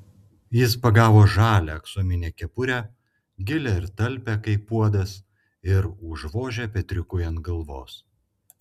jis pagavo žalią aksominę kepurę gilią ir talpią kaip puodas ir užvožė petriukui ant galvos